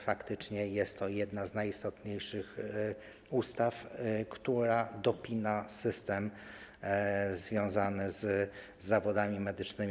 Faktycznie jest to jedna z najistotniejszych ustaw, która dopina system związany z zawodami medycznymi.